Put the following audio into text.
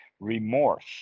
Remorse